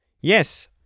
Yes